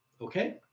okay